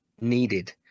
needed